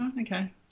Okay